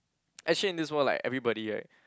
actually in this world like everybody right